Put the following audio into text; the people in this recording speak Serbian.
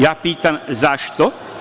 Ja pitam – zašto?